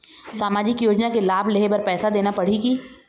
सामाजिक योजना के लाभ लेहे बर पैसा देना पड़ही की?